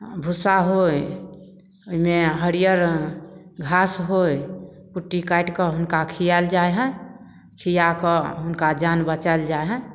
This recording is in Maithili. भुस्सा होइ ओइमे हरियर घास होइ कुट्टी काटिकऽ हुनका खियाइल जाइ हइ खियाकऽ हुनका जान बचायल जाइ हइ